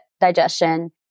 digestion